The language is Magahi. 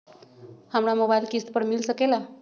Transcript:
हमरा मोबाइल किस्त पर मिल सकेला?